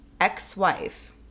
ex-wife